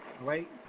Right